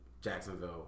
Jacksonville